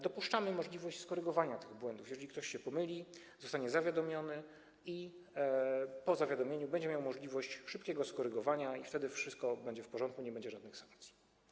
Dopuszczamy możliwość skorygowania tych błędów: jeżeli ktoś się pomyli, zostanie zawiadomiony i po zawiadomieniu będzie miał możliwość szybkiego skorygowania i wtedy wszystko będzie w porządku, nie będzie żadnych sankcji.